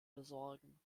besorgen